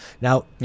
Now